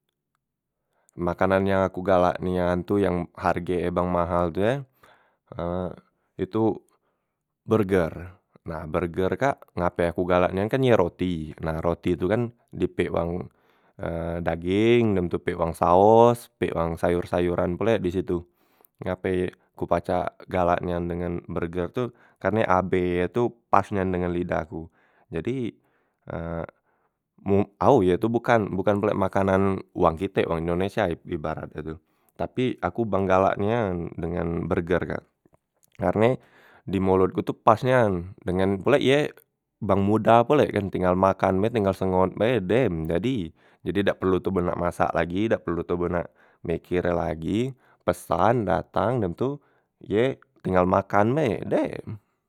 Makanan yang aku galak nian tu yang harge e bang mahal tu e itu berger, nah berger kak ngape aku galak nian kan ye roti, nah roti tu kan di pek wang daging, dem tu pek wang saos, pek wang sayor- sayoran pulek disitu, ngape ku pacak galak nian dengan berger tu, karne abe ye tu pas nian dengan lidah aku, jadi mo ao ye tu bokan bokan pulek makanan wang kitek wang indonesia ib ibarat e tu, tapi aku beng galak nian dengan berger kak, karne di molot ku tu pas nian dengen pulek ye bang modah pulek kan tinggal makan be tinggal sengot bae dem jadi, jadi dak perlo toboh nak masak lagi dak perlo toboh nak meker e lagi, pesan datang dem tu ye tinggal makan bae dem.